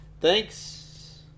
Thanks